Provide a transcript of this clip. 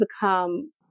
become